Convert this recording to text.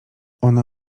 ona